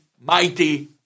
mighty